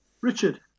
Richard